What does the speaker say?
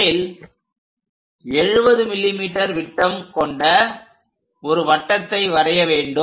முதலில் 70 mm விட்டம் கொண்ட ஒரு வட்டத்தை வரைய வேண்டும்